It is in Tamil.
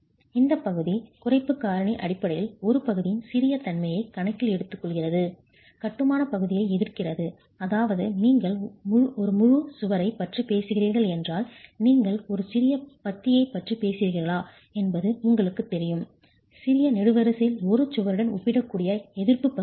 இந்த பகுதி குறைப்பு காரணி அடிப்படையில் ஒரு பகுதியின் சிறிய தன்மையை கணக்கில் எடுத்துக்கொள்கிறது கட்டுமான பகுதியை எதிர்க்கிறது அதாவது நீங்கள் ஒரு முழு சுவரைப் பற்றி பேசுகிறீர்கள் என்றால் நீங்கள் ஒரு சிறிய பத்தியைப் பற்றி பேசுகிறீர்களா என்பது உங்களுக்குத் தெரியும் சிறிய நெடுவரிசையில் ஒரு சுவருடன் ஒப்பிடக்கூடிய எதிர்ப்பு பகுதி இல்லை